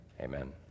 Amen